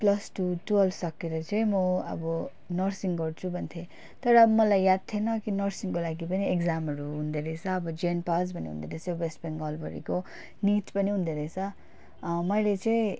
class two twelve सकिएर चाहिँ म अब नर्सिङ गर्छु भन्थेँ तर अब मलाई याद थिएन कि नर्सिङको लागि पनि इग्जामहरू हुँदो रहेछ अब जेइन पास भन्ने हुँदो रहेछ वेस्ट बेङ्गालभरिको निट पनि हुँदो रहेछ मैले चाहिँ